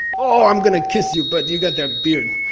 oh, i'm going to kiss you, but you got that beard!